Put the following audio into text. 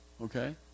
okay